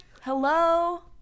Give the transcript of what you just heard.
hello